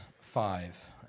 five